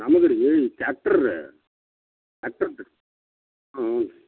ನಮ್ಗೆ ರೀ ಟ್ಯಾಕ್ಟರ್ರ ಟ್ರ್ಯಾಕ್ಟರ್ದು ಹ್ಞೂ